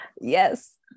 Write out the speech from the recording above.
Yes